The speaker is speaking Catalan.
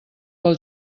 pel